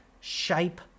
Shape